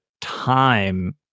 time